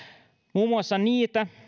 muun muassa niitä